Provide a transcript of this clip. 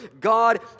God